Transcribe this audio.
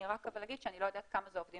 אני רק אגיד שאני לא יודעת כמה זה עובדים